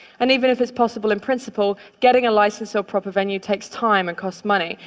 and even if it's possible in principle, getting a license or proper venue takes time and costs money.